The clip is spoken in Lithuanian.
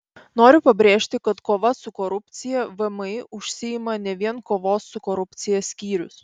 noriu pabrėžti kad kova su korupcija vmi užsiima ne vien kovos su korupcija skyrius